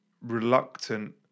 reluctant